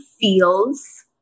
feels